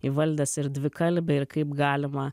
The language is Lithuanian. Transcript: įvaldęs ir dvikalbę ir kaip galima